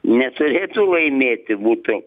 neturėtų laimėti būtų